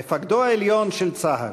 מפקדו העליון של צה"ל,